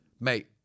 mate